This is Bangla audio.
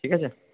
ঠিক আছে